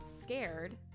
scared